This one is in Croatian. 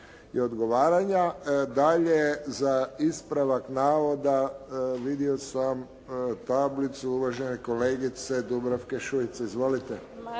i odgovaranja. Dalje za ispravak navoda vidio sam tablicu uvažene kolegice Dubravke Šuice. Izvolite.